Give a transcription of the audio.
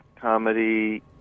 comedy